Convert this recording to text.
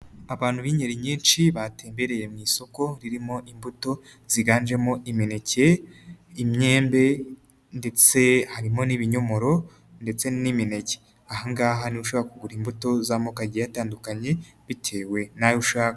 Abantu b'ingeri nyinshi, batembereye mu isoko, ririmo imbuto, ziganjemo, imineke, imyembe ndetse harimo n'ibinyomoro ndetse n'imineke. Aha ngaha niho ushobora kugura imbuto z'amokoge atandukanye, bitewe n'ayo ushaka.